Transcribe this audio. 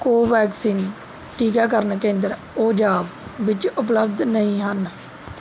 ਕੋਵੈਕਸਿਨ ਟੀਕਾਕਰਨ ਕੇਂਦਰ ਓਜਾਵ ਵਿੱਚ ਉਪਲਬਧ ਨਹੀਂ ਹਨ